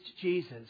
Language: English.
Jesus